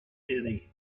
annie